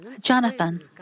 Jonathan